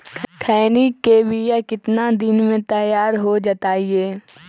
खैनी के बिया कितना दिन मे तैयार हो जताइए?